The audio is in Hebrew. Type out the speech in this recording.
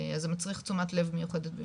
אז זה מצריך תשומת לב מיוחדת.